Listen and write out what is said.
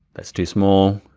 that's too small,